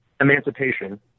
emancipation